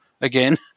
again